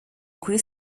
kuri